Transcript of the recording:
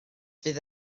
fydd